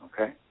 okay